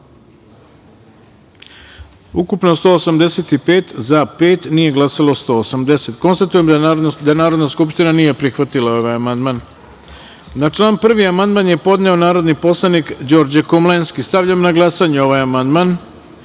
ukupno – 185, za – pet, nije glasalo – 180.Konstatujem da Narodna skupština nije prihvatila ovaj amandman. Na član 1. amandman je podneo narodni poslanik Đorđe Komlenski. Stavljam na glasanje ovaj amandman. Molim